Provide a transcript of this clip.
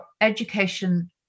education